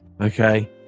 Okay